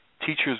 teachers